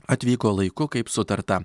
atvyko laiku kaip sutarta